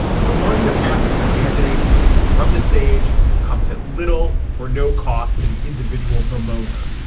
bemoaning the passing of a candidate from the stage comes at little or no cost to the individual boom moaner.